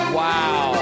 wow